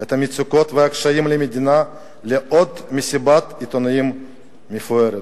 את המצוקות והקשיים של המדינה לעוד מסיבת עיתונאים מפוארת.